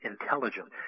intelligent